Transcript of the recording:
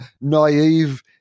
naive